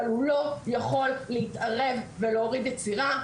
אבל הוא לא יכול להתערב ולהוריד יצירה,